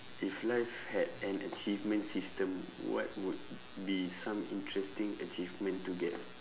if life had an achievement system what would be some interesting achievement to get